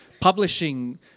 publishing